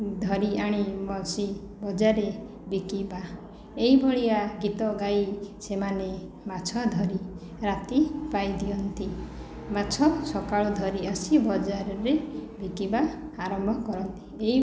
ଧରି ଆଣି ବସି ବଜାରେ ବିକିବା ଏଇଭଳିଆ ଗୀତ ଗାଇ ସେମାନେ ମାଛ ଧରି ରାତି ପାହିଦିଅନ୍ତି ମାଛ ସକାଳୁ ଧରି ଆସି ବଜାରରେ ବିକିବା ଆରମ୍ଭ କରନ୍ତି ଏହି